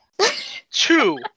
Two